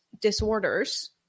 disorders